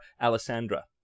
Alessandra